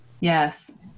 Yes